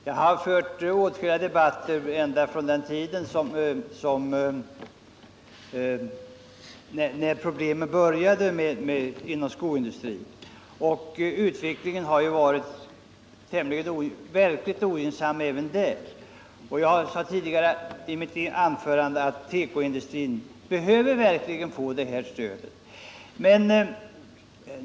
Jag har fört åtskilliga debatter ända från den tid då problemen började inom skoindustrin; utvecklingen har varit mycket ogynnsam även där. I mitt anförande sade jag att tekoindustrin verkligen behöver få det här stödet.